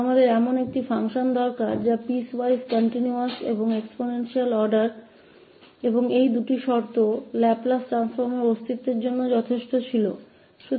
हमें एक ऐसे function की आवश्यकता है जो piecewise continuous और exponential क्रम का हो और ये दो शर्तें लाप्लास परिवर्तन के अस्तित्व के लिए पर्याप्त थीं